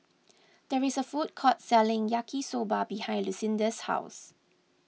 there is a food court selling Yaki Soba behind Lucinda's house